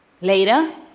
Later